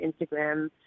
Instagram